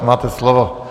Máte slovo.